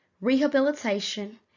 rehabilitation